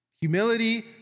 humility